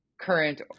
current